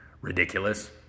ridiculous